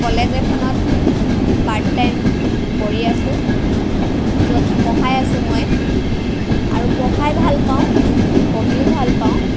college এখনত part time কৰি আছো য'ত পঢ়াই আছো মই আৰু পঢ়াই ভাল পাওঁ পঢ়িও ভাল পাওঁ